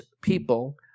people